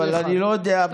לא סותרת.